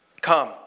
Come